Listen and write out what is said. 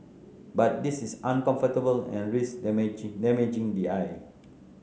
but this is uncomfortable and risks damage damaging the eye